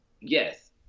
Yes